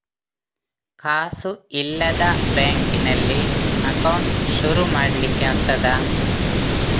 ಕಾಸು ಇಲ್ಲದ ಬ್ಯಾಂಕ್ ನಲ್ಲಿ ಅಕೌಂಟ್ ಶುರು ಮಾಡ್ಲಿಕ್ಕೆ ಆಗ್ತದಾ?